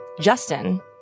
Justin